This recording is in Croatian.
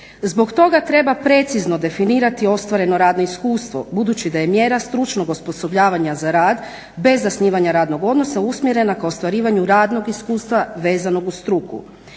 Zbog toga treba precizno definirati ostvareno radno iskustvo, budući da je mjera stručnog osposobljavanja za rad bez zasnivanja radnog odnosa usmjerena ka ostvarivanju radnog iskustva vezanog uz struku.